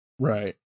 Right